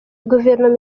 guverinoma